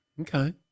Okay